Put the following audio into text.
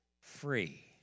free